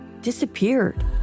disappeared